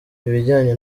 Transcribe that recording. ibijyanye